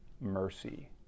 mercy